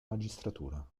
magistratura